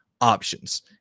options